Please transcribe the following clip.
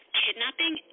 kidnapping